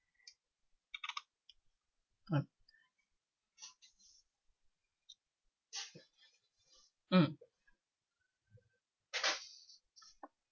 mm